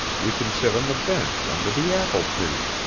we can sit on the bench, under the apple tree.